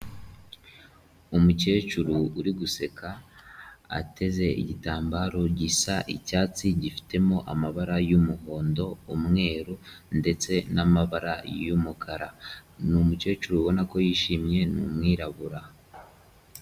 Umukecuru uri guseka, ateze igitambaro gisa icyatsi, gifitemo amabara y'umuhondo, umweru ndetse n'amabara y'umukara, ni umukecuru ubona ko yishimye, ni umwirabura.